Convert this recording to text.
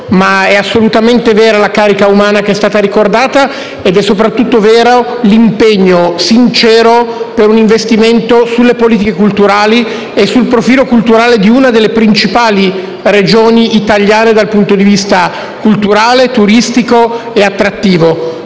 ma è assolutamente vera la carica umana che è stata ricordata; soprattutto, è vero l'impegno sincero per un investimento sulle politiche culturali e sul profilo culturale di una delle principali Regioni italiane dal punto di vista culturale, turistico e attrattivo,